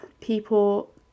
people